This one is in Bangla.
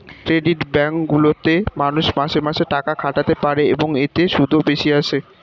ক্রেডিট ব্যাঙ্ক গুলিতে মানুষ মাসে মাসে টাকা খাটাতে পারে, এবং এতে সুদও বেশি আসে